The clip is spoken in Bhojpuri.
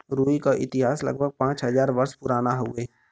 रुई क इतिहास लगभग पाँच हज़ार वर्ष पुराना हउवे